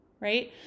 right